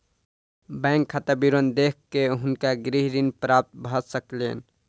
bank खाता विवरण देख के हुनका गृह ऋण प्राप्त भ सकलैन